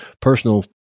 personal